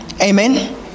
Amen